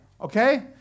Okay